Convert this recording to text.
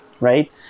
right